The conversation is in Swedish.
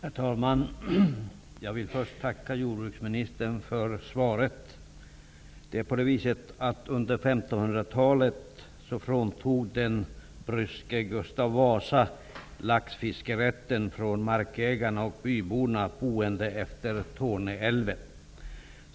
Herr talman! Jag vill först tacka jordbruksministern för svaret. Under 1500-talet fråntog den bryske Gustav Vasa markägarna och byborna boende utmed Torne älv laxfiskerätten.